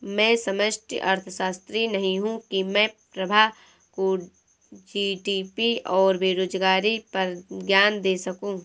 मैं समष्टि अर्थशास्त्री नहीं हूं की मैं प्रभा को जी.डी.पी और बेरोजगारी पर ज्ञान दे सकूं